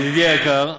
ידידי היקר,